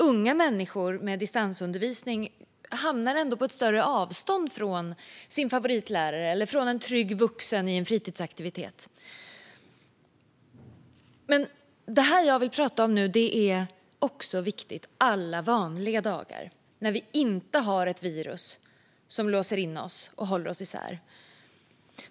Unga människor med distansundervisning hamnar ändå på ett större avstånd från sin favoritlärare eller från en trygg vuxen i en fritidsaktivitet. Men det jag vill prata om nu är också viktigt alla vanliga dagar, när vi inte har ett virus som låser in oss och håller oss isär.